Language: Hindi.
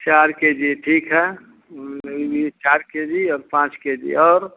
चार के जी ठीक है चार के जी और पाँच के जी और